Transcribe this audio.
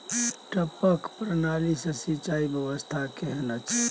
टपक प्रणाली से सिंचाई व्यवस्था केहन अछि?